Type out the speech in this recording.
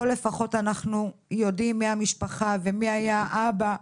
פה לפחות הן יודעות מי המשפחה ומי היה האבא,